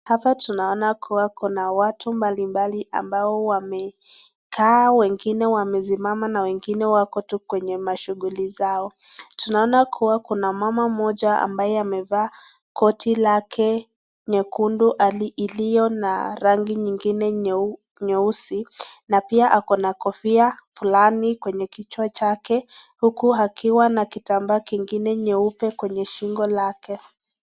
Hapa tunaona kuwa kuna watu mbalimbali ambao wamekaa, wengine wamesimama na wengine wako tu kwenye mashughuli zao. Tunaona kuwa kuna mama mmoja ambaye amevaa koti lake nyekundu iliyo na rangi nyingine nyeusi na pia ako na kofia fulani kwenye kichwa chake huku akiwa na kitambaa kingine nyeupe kwenye shingo lake.